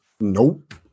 Nope